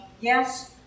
yes